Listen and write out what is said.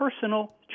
personal